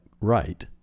right